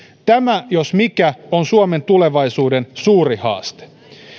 tämä jos mikä on suomen tulevaisuuden suuri haaste